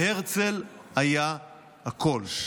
בהרצל היה הכול.